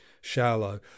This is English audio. shallow